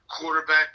quarterback